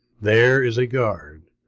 there is a guard,